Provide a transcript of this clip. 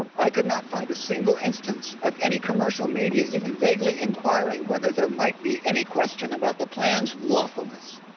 i could not find a single instance of any commercial media, even vaguely inquiring whether there might be any question about the plan's lawfulness.